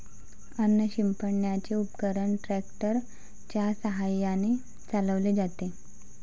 अन्न शिंपडण्याचे उपकरण ट्रॅक्टर च्या साहाय्याने चालवले जाते